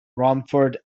romford